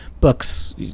books